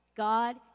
God